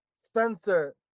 Spencer